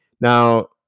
Now